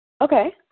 Okay